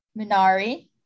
Minari